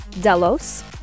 Delos